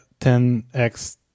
10X